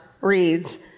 reads